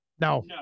No